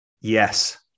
Yes